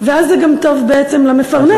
ואז זה גם טוב בעצם למפרנס.